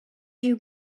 you